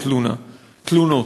ואני מקבל עליה הרבה מאוד תלונות: